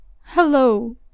Hello